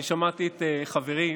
אני שמעתי את חברי,